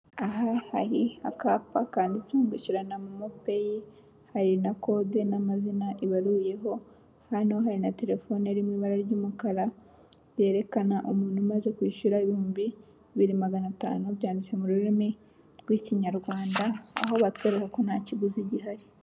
Aha hari akapa kanditseho ngo ishyura na momo peyi, hari na kode, n'amazina ibaruyeho, hano hari na telefone iri mu ibara ry'umukara, yerekana umuntu umaze kwishyura ibihumbi bibiri na magana atanu, biri mu rurimi rw'Ikinyarwanda, aho batwereka ko nta kiguzi gihari.